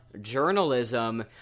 journalism